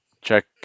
check